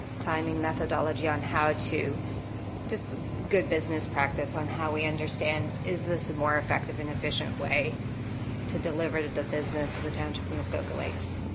timing methodology on how to just good business practice on how we understand is this a more effective and efficient way to deliver to the business of the township of muskoka lakes